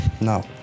No